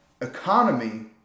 economy